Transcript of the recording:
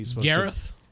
Gareth